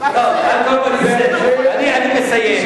כל פנים, אני מסיים.